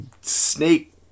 snake